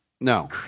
No